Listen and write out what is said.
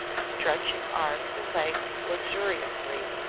stretching arms and legs luxuriously,